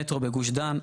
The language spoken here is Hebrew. מטרו בגוש דן.